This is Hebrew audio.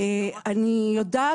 אני יודעת